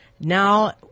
Now